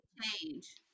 change